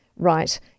Right